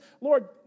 Lord